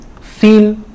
feel